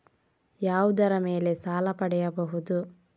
ಯಾವುದರ ಮೇಲೆ ಸಾಲ ಪಡೆಯಬಹುದು?